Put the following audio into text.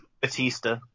Batista